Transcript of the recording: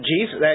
Jesus